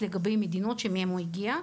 לגבי המדינות שמהן הוא הגיע,